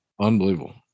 Unbelievable